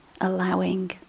allowing